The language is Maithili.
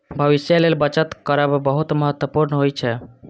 भविष्यक लेल बचत करब बहुत महत्वपूर्ण होइ छै